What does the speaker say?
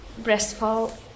breastfall